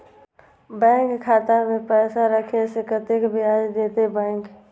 Bank खाता में पैसा राखे से कतेक ब्याज देते बैंक?